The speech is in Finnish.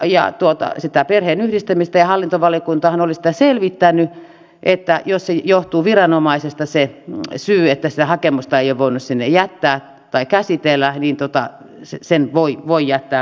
hallintovaliokuntahan oli sitä selvittänyt että jos johtuu viranomaisesta se syy että sitä hakemusta ei ole voinut sinne jättää tai käsitellä niin sen voi jättää myöhemmin